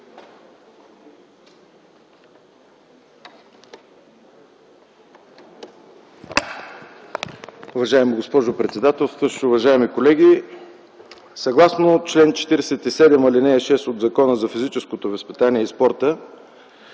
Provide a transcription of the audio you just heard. Уважаема госпожо председателстващ, уважаеми колеги! Съгласно чл. 47, ал. 6 от Закона за физическото възпитание и спорта